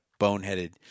boneheaded